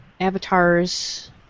avatars